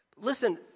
Listen